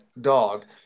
dog